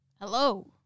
Hello